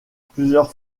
plusieurs